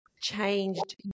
changed